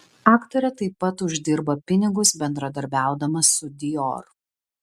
aktorė taip pat uždirba pinigus bendradarbiaudama su dior